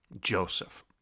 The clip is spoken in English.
Joseph